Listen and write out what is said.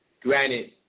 Granted